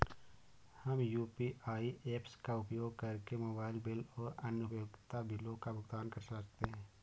हम UPI apps का उपयोग करके मोबाइल बिल और अन्य उपयोगिता बिलों का भुगतान कर सकते हैं